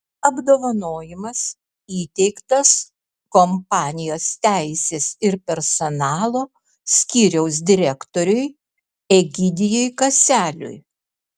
apdovanojimas įteiktas kompanijos teisės ir personalo skyriaus direktoriui egidijui kaseliui